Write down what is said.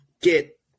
get